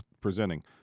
presenting